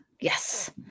Yes